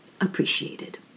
appreciated